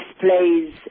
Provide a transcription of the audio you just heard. displays